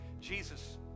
Jesus